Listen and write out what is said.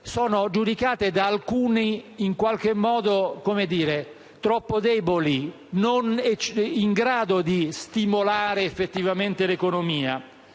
sono giudicate da alcuni troppo deboli, non in grado di stimolare effettivamente l'economia.